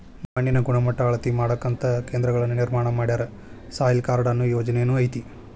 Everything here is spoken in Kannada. ಮಣ್ಣಿನ ಗಣಮಟ್ಟಾ ಅಳತಿ ಮಾಡಾಕಂತ ಕೇಂದ್ರಗಳನ್ನ ನಿರ್ಮಾಣ ಮಾಡ್ಯಾರ, ಸಾಯಿಲ್ ಕಾರ್ಡ ಅನ್ನು ಯೊಜನೆನು ಐತಿ